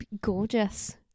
Gorgeous